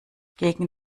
gegen